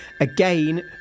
again